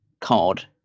card